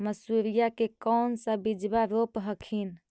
मसुरिया के कौन सा बिजबा रोप हखिन?